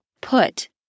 put